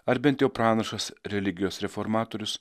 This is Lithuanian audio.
ar bent jau pranašas religijos reformatorius